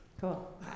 Cool